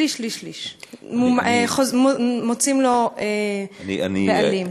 שליש-שליש-שליש מוצאים להם בעלים.